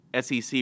SEC